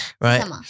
Right